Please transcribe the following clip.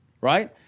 Right